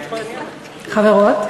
חברות,